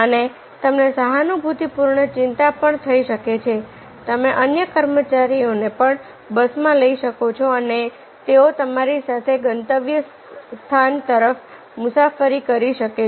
અને તમને સહાનુભૂતિપૂર્ણ ચિંતા પણ થઈ શકે છે તમે અન્ય કર્મચારીઓને પણ બસમાં લઈ શકો છો અને તેઓ તમારી સાથે ગંતવ્ય સ્થાન તરફ મુસાફરી કરી શકે છે